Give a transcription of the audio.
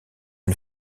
une